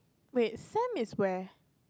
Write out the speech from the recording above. wait Sam is where